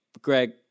Greg